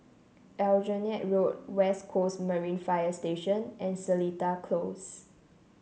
Aljunied Road West Coast Marine Fire Station and Seletar Close